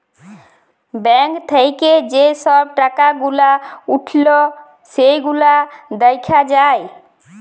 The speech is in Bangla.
ব্যাঙ্ক থাক্যে যে সব টাকা গুলা উঠল সেগুলা দ্যাখা যায়